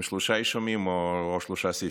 אישומים או שלושה סעיפים.